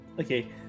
Okay